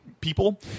people